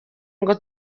ngo